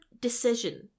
decision